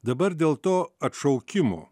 dabar dėl to atšaukimo